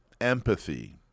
empathy